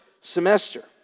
semester